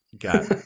Got